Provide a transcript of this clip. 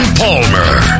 palmer